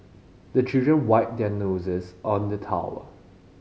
the children wipe their noses on the towel